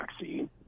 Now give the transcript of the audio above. vaccine